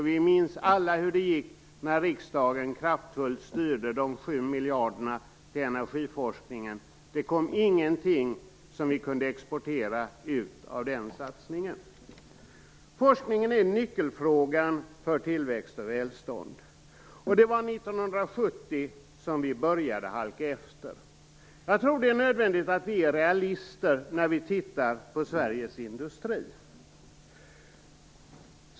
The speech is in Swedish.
Vi minns alla hur det gick när riksdagen kraftfullt styrde de sju miljarderna till energiforskningen. Det kom inte ut någonting av den satsningen som vi kunde exportera. Forskningen är nyckelfrågan för tillväxt och välstånd. 1970 började vi halka efter. Jag tror det är nödvändigt att vi är realister när vi tittar på Sveriges industri.